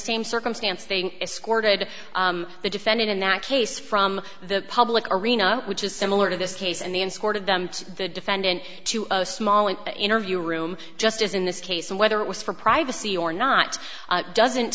same circumstance they escorted the defendant in that case from the public arena which is similar to this case and then sort of them to the defendant to a small an interview room just as in this case and whether it was for privacy or not doesn't